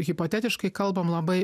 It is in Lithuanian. hipotetiškai kalbam labai